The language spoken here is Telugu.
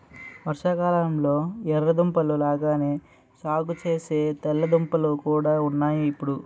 వర్షాకాలంలొ ఎర్ర దుంపల లాగానే సాగుసేసే తెల్ల దుంపలు కూడా ఉన్నాయ్ ఇప్పుడు